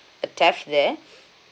the theft there